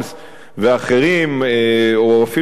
ואחרים או אפילו האו"ם,